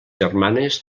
germanes